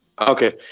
Okay